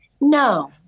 No